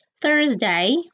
Thursday